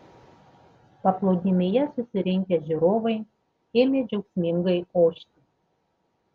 paplūdimyje susirinkę žiūrovai ėmė džiaugsmingai ošti